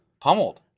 Pummeled